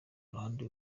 ruhande